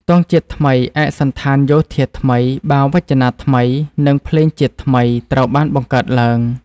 ទង់ជាតិថ្មី ឯកសណ្ឋានយោធាថ្មី បាវចនាថ្មី និងភ្លេងជាតិថ្មី ត្រូវបានបង្កើតឡើង។